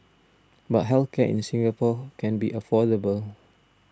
but health care in Singapore can be affordable